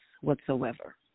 whatsoever